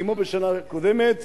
כמו בשנה הקודמת,